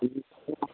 हूँ